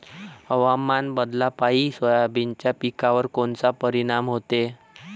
हवामान बदलापायी सोयाबीनच्या पिकावर कोनचा परिणाम होते?